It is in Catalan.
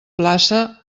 plaça